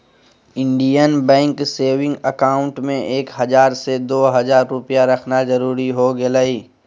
Indian Bank saving account में एक हजार से दो हजार रुपया रखना जरूरी हो गेलय